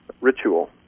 ritual